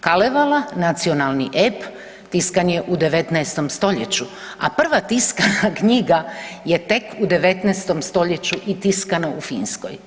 Kalevala, nacionalni ep, tiskan je u 19. st., a prva tiskana knjiga je tek u 19. st. i tiskana u Finskoj.